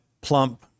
plump